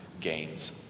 gains